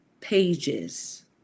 pages